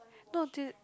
no d~